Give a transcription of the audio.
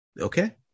Okay